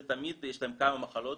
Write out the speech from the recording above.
זה תמיד כמה מחלות,